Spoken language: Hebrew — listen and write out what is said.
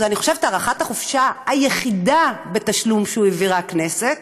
אני חושבת שזאת החופשה היחידה בתשלום שהעבירה הכנסת.